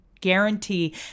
guarantee